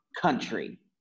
country